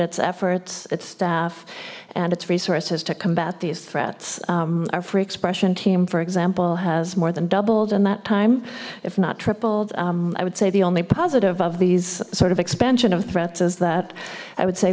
its efforts its staff and its resources to combat these threats our free expression team for example has more than doubled in that time if not tripled i would say the only positive of these sort of expansion of threats is that i would say